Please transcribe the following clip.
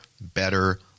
better